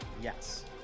yes